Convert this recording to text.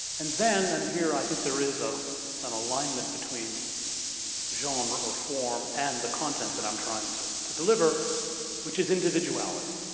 and then, and here i think there is ah an alignment between genre, or form, and the content that i'm trying to to deliver which is individuality.